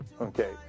Okay